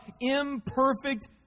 imperfect